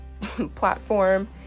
platform